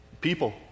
people